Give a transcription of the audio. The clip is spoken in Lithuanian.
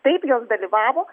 taip jos dalyvavo